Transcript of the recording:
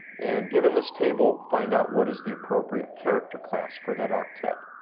and given this table find out what is the appropriate character class for that octet.